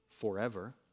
forever